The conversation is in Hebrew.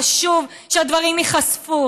חשוב שהדברים ייחשפו